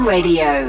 Radio